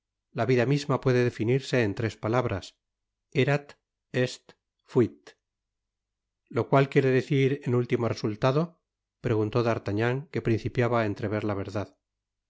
la vida misma puede definirse en tres palabras erat est futí lo cual quiere decir en último resultado preguntó d'artagnan que principiaba á entrever la verdad